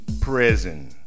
prison